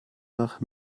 nach